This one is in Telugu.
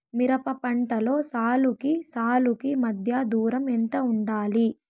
మిరప పంటలో సాలుకి సాలుకీ మధ్య దూరం ఎంత వుండాలి?